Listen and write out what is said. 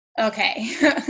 okay